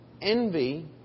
envy